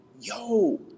yo